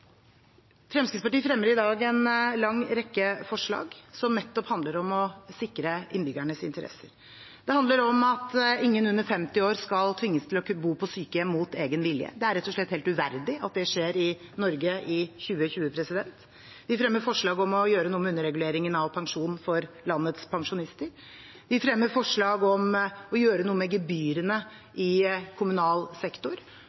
Fremskrittspartiet fremmer i dag en lang rekke forslag som nettopp handler om å sikre innbyggernes interesser. Det handler om at ingen under 50 år skal tvinges til å bo på sykehjem mot sin egen vilje. Det er rett og slett helt uverdig at det skjer i Norge i 2020. Vi fremmer forslag om å gjøre noe med underreguleringen av pensjonen for landets pensjonister. Vi fremmer forslag om å gjøre noe med gebyrene i kommunal sektor,